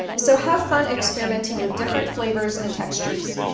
so have fun experimenting with different flavors and textures.